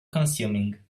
consuming